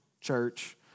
church